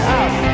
out